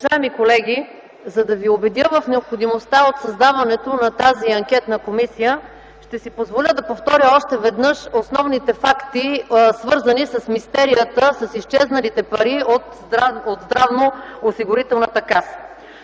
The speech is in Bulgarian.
Уважаеми колеги, за да ви убедя в необходимостта от създаването на тази анкетна комисия, ще си позволя да повторя още веднъж основните факти, свързани с мистерията с изчезналите пари от Здравноосигурителната каса.